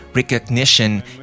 recognition